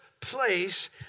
place